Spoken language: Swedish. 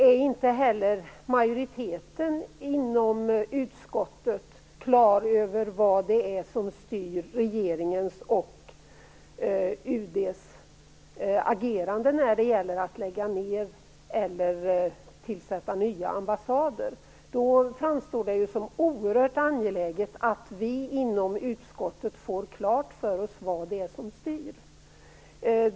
Är inte heller majoriteten inom utskottet klar över vad det är som styr regeringens och UD:s agerande när det gäller att lägga ned eller upprätta nya ambassader? Då framstår det ju som oerhört angeläget att vi inom utskottet får klart för oss vad det är som styr.